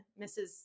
Mrs